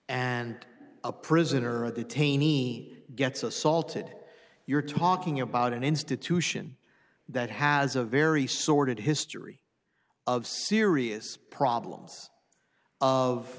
and a prisoner of the taney gets assaulted you're talking about an institution that has a very sordid history of serious problems of